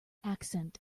accent